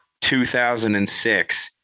2006